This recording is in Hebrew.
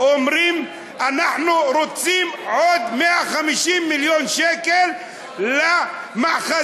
אומרים: אנחנו רוצים עוד 150 מיליון שקל למאחזים,